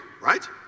Right